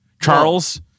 Charles